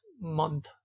month